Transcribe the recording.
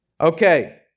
Okay